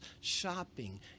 shopping